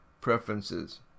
preferences